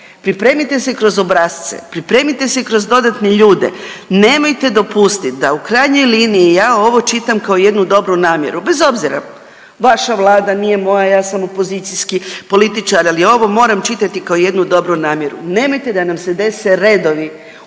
pripremite se kroz obrasce, pripremite se kroz dodatne ljude, nemojte dopustit da u krajnjoj liniji ja ovo čitam kao jednu dobru namjeru bez obzira vaša vlada, nije moja, ja sam opozicijski političar, ali ovo moram čitati kao jednu dobru namjeru, nemojte da nam se dese redovi